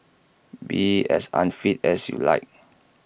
be as unfit as you like